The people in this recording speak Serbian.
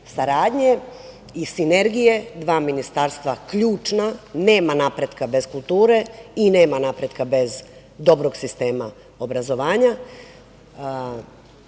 saradnje i sinergije dva ministarstva ključna, nema napretka bez kulture i nema napretka bez dobrog sistema